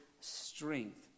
strength